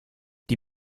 die